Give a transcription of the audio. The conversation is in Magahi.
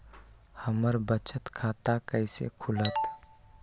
हमर बचत खाता कैसे खुलत?